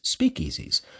speakeasies